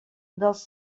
dels